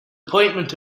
appointment